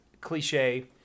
cliche